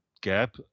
gap